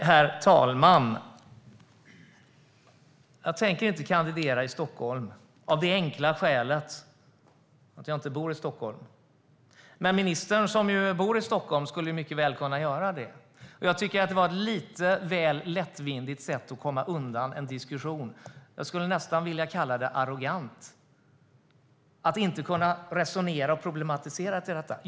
Herr talman! Jag tänker inte kandidera i Stockholm av det enkla skälet att jag inte bor i Stockholm. Men ministern, som bor i Stockholm, skulle mycket väl kunna göra det. Jag tycker att det var ett lite väl lättvindigt sätt att komma undan en diskussion. Jag skulle nästan vilja kalla det arrogant - att inte kunna resonera och problematisera kring detta.